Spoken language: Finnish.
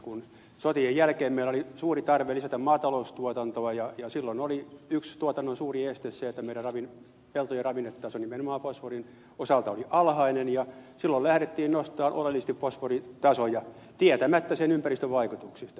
kun sotien jälkeen meillä oli suuri tarve lisätä maataloustuotantoa silloin oli yksi tuotannon suuri este se että peltojen ravinnetaso nimenomaan fosforin osalta oli alhainen ja silloin lähdettiin nostamaan oleellisesti fosforitasoja tietämättä sen ympäristövaikutuksista